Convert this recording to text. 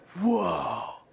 whoa